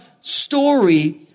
story